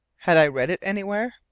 had i read it anywhere?